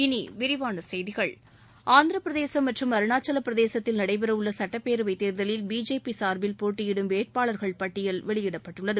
இனி விரிவான செய்திகள் ஆந்திரப்பிரதேசம் மற்றும் அருணாச்சலப் பிரதேசத்தில் நடைபெற உள்ள சட்டப்பேரவை தேர்தலில் பிஜேபி சார்பில் போட்டியிடும் வேட்பாளர்கள் பட்டியல் வெளியிடப்பட்டுள்ளது